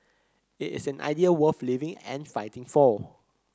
it is an idea worth living and fighting for